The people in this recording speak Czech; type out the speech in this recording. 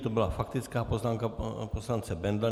To byla faktická poznámka poslance Bendla.